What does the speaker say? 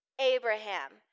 Abraham